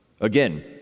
again